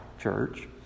church